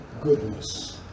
goodness